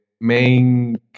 main